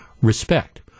respect